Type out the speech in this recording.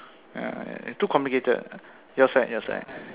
ya and too complicated your side your side